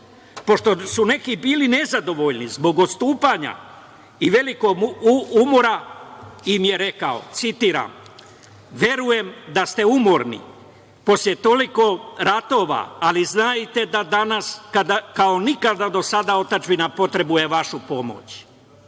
pošto su neki bili nezadovoljni zbog odstupanja i velikog umora, rekao im je, citiram: „Verujem da ste umorni posle toliko ratova, ali znajte da danas kao nikada do sada otadžbina potrebuje vašu pomoć.